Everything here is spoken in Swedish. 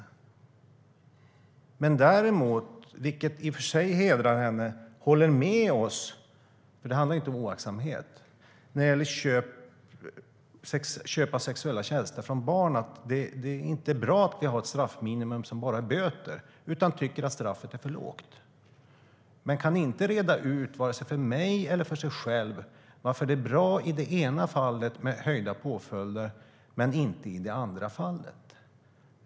Däremot håller hon med oss - vilket i och för sig hedrar henne, men då gäller det inte oaktsamhet - när det gäller köp av sexuella tjänster från barn. Det är inte bra att vi har ett straffminimum som bara är böter, utan hon tycker att straffet är för lågt. Men hon kan inte reda ut för vare sig mig eller sig själv varför det är bra med höjda påföljder i det ena fallet men inte i det andra.